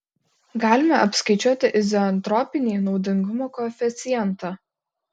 galime apskaičiuoti izoentropinį naudingumo koeficientą